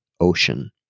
Ocean